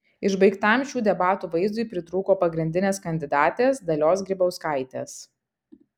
išbaigtam šių debatų vaizdui pritrūko pagrindinės kandidatės dalios grybauskaitės